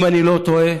אם אני לא טועה,